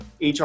HR